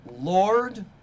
Lord